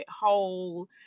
hole